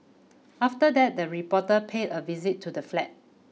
after that the reporter paid a visit to the flat